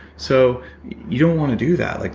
so you don't wanna do that. like